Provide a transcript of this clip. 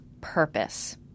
purpose